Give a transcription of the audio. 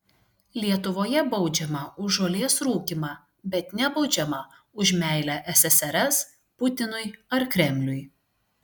lietuvoje baudžiama už žolės rūkymą bet nebaudžiama už meilę ssrs putinui ar kremliui